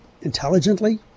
intelligently